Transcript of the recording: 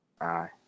Aye